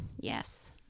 yes